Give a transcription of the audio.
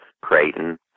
Creighton